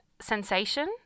sensation